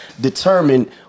determine